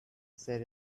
said